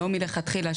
לא מלכתחילה,